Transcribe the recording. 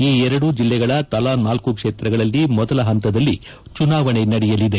ಈ ಎರಡೂ ಜಿಲ್ಲೆಗಳ ತಲಾ ನಾಲ್ಲು ಕ್ಷೇತ್ರಗಳಲ್ಲಿ ಮೊದಲ ಹಂತದಲ್ಲಿ ಚುನಾವಣೆ ನಡೆಯಲಿದೆ